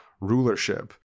rulership